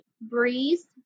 breeze